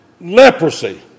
leprosy